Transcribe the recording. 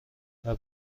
ولی